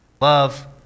Love